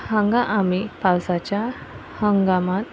हांगा आमी पावसाच्या हंगामांत